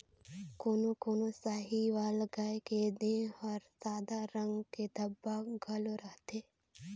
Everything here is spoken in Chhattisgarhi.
कोनो कोनो साहीवाल गाय के देह हर सादा रंग के धब्बा घलो रहथे